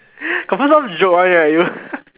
confirm some joke one right you